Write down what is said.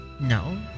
No